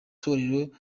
torero